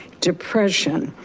depression,